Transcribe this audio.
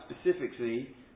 specifically